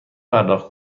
پرداخت